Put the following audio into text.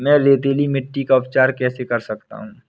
मैं रेतीली मिट्टी का उपचार कैसे कर सकता हूँ?